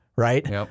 Right